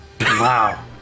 Wow